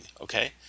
okay